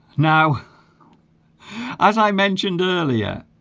now as i mentioned earlier